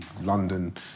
London